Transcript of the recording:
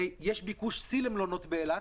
הרי יש ביקוש שיא למלונות באילת